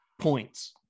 points